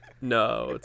No